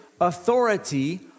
authority